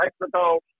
Mexico